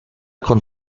con